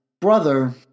Brother